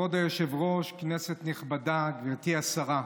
כבוד היושב-ראש, כנסת נכבדה, גברתי השרה,